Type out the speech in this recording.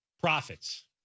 profits